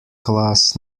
class